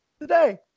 today